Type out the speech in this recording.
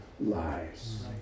lives